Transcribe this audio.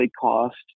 cost